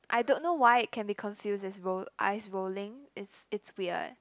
I don't know why it can be confused as roll eyes rolling it's it's weird